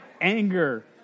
anger